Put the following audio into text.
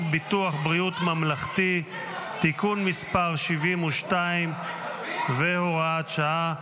ביטוח בריאות ממלכתי (תיקון מס' 72 והוראת שעה),